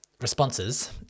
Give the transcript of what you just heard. responses